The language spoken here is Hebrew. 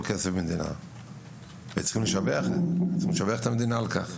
כסף מדינה וצריך לשבח את המדינה על כך.